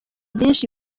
byinshi